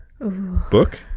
Book